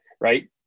right